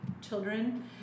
children